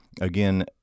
Again